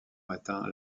matin